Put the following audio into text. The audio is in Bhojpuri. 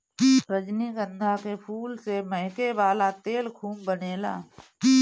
रजनीगंधा के फूल से महके वाला तेल खूब बनेला